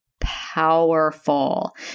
powerful